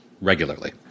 regularly